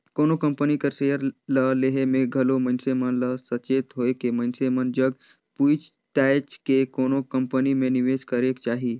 कोनो कंपनी कर सेयर ल लेहे में घलो मइनसे मन ल सचेत होएके मइनसे मन जग पूइछ ताएछ के कोनो कंपनी में निवेस करेक चाही